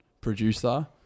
producer